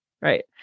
Right